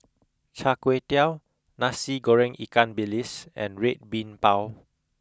char kway teow nasi goreng ikan bilis and red bean bao